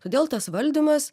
todėl tas valdymas